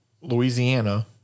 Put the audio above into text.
Louisiana